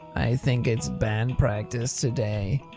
i think it's band practice today?